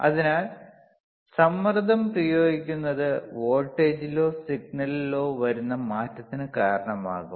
അതിനാൽ സമ്മർദ്ദം പ്രയോഗിക്കുന്നത് വോൾട്ടേജിലോ സിഗ്നലിലോ വരുന്ന മാറ്റത്തിന് കാരണമാകും